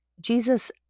jesus